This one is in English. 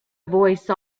voice